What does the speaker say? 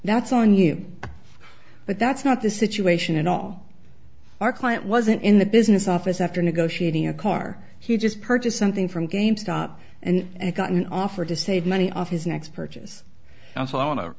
that's on you but that's not the situation at all our client wasn't in the business office after negotiating a car he just purchased something from game stop and got an offer to save money on his next purchase and so i want to